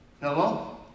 Hello